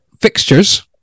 fixtures